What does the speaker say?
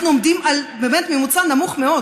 אנחנו עומדים על ממוצע נמוך מאוד